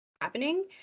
happening